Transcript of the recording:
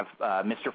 Mr